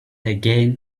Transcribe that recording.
again